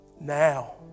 now